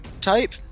type